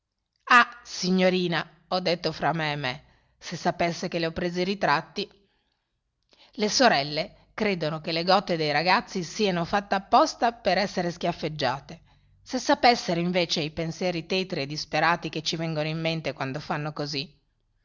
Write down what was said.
ah signorina ho detto fra me e me se sapesse che le ho preso i ritratti le sorelle credono che le gote dei ragazzi sieno fatte apposta per essere schiaffeggiate se sapessero invece i pensieri tetri e disperati che ci vengono in mente quando fanno così